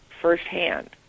firsthand